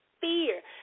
fear